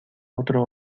otro